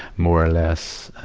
more or less,